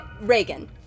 Reagan